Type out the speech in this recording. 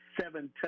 seven